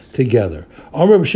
together